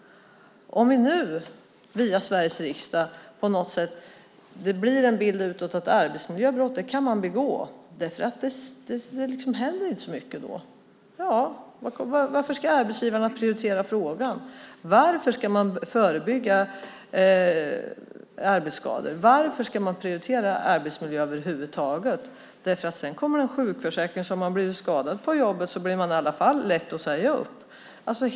Om det nu via Sveriges riksdag blir en bild utåt att man kan begå arbetsmiljöbrott för att det inte händer så mycket då, varför ska arbetsgivarna prioritera frågan? Varför ska de förebygga arbetsskador? Varför ska de prioritera arbetsmiljön över huvud taget? För sedan kommer det en sjukförsäkring som gör att om man har blivit skadad på jobbet blir man lätt att säga upp.